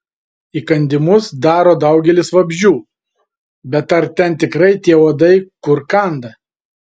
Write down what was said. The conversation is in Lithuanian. įkandimus daro daugelis vabzdžių bet ar ten tikrai tie uodai kur kanda